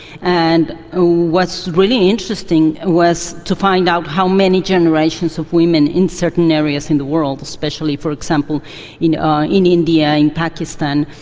and ah what's really interesting was to find out how many generations of women in certain areas of the world, especially for example you know in india, in pakistan,